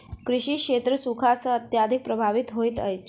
कृषि क्षेत्र सूखा सॅ अत्यधिक प्रभावित होइत अछि